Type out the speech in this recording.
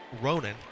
Ronan